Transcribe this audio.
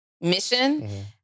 mission